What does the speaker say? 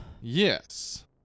Yes